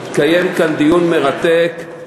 התקיים כאן דיון מרתק,